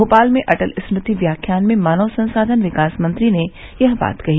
भोपाल में अटल स्मृति व्याख्यान में मानव संसाधन विकास मंत्री ने यह बात कही